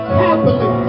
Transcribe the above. happily